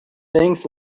things